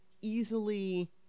easily